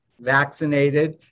vaccinated